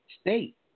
state